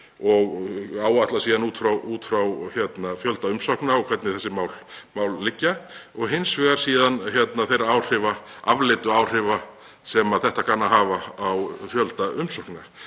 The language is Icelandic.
og áætla síðan út frá fjölda umsókna og hvernig þessi mál liggja og hins vegar þeirra afleiddu áhrifa sem þetta kann að hafa á fjölda umsókna.